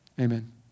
Amen